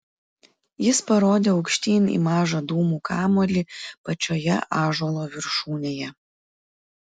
jis parodė aukštyn į mažą dūmų kamuolį pačioje ąžuolo viršūnėje